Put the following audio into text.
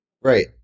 right